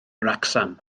wrecsam